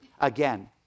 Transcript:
Again